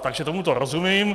Takže tomuto rozumím.